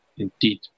Indeed